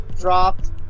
Dropped